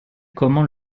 comment